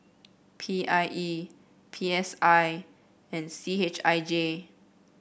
P I E P S I and C H I J